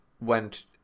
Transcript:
went